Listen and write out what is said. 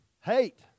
Hate